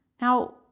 Now